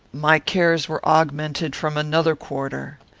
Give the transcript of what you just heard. my cares were augmented from another quarter.